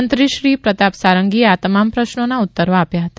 મંત્રી શ્રી પ્રતાપ સારંગીએ આ તમામ પ્રશ્નોના ઉત્તરો આપ્યા હતા